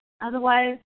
Otherwise